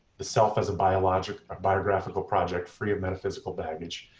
the self as a biographical biographical project free of metaphysical baggage,